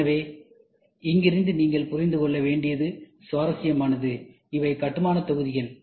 எனவே இங்கிருந்து நீங்கள் புரிந்து கொள்ள வேண்டியது சுவாரஸ்யமானது இவை கட்டுமானத் தொகுதிகள்